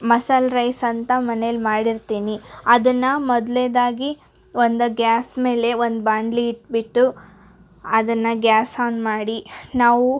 ಮಸಾಲೆ ರೈಸ್ ಅಂತ ಮನೇಲಿ ಮಾಡಿರ್ತೀನಿ ಅದನ್ನ ಮೊದಲನೇದಾಗಿ ಒಂದು ಗ್ಯಾಸ್ ಮೇಲೆ ಒಂದು ಬಾಂಡ್ಲಿ ಇಟ್ಬಿಟ್ಟು ಅದನ್ನ ಗ್ಯಾಸ್ ಓನ್ ಮಾಡಿ ನಾವು